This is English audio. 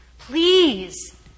Please